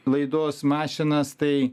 laidos mašinas tai